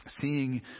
seeing